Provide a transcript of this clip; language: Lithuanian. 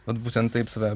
vat būtent taip save